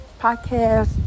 podcast